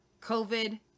COVID